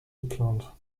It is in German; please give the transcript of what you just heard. geplant